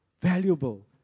valuable